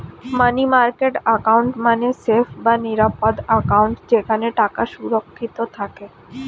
মানি market account মানে safe বা নিরাপদ অ্যাকাউন্ট যেখানে টাকা সুরক্ষিত থাকে